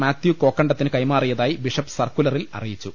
മാത്യു കോക്കണ്ട ത്തിന് കൈമാറിയതായി ബിഷപ്പ് സർക്കുലറിൽ അറിയിച്ചു